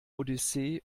odyssee